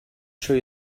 show